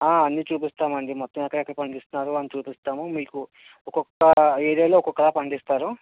అన్నీ చూపిస్తామండి మొత్తం ఎక్కడెక్కడ పండిస్తున్నారు అని చూపిస్తాము మీకు ఒకొక్క ఏరియాలో ఒక్కొక్కలా పండిస్తారు